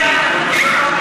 מה אכפת לך?